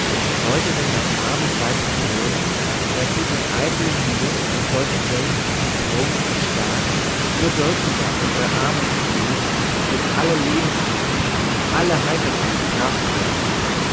wollt ihr denn mein armes weib betören daß sie von eitlem gelüst nach solchem weltlichen prunk und staat nur drückender unsere armut fühle und um alle lebensruhe um alle heiterkeit gebracht werde